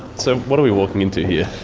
so, what are we walking into here?